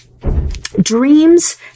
dreams